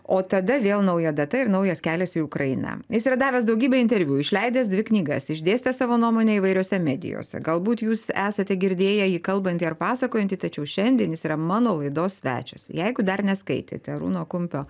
o tada vėl nauja data ir naujas kelias į ukrainą jis yra davęs daugybę interviu išleidęs dvi knygas išdėstęs savo nuomonę įvairiose medijose galbūt jūs esate girdėję jį kalbantį ar pasakojantį tačiau šiandien jis yra mano laidos svečias jeigu dar neskaitėte arūno kumpio